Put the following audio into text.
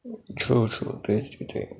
true true 对对对